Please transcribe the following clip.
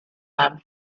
and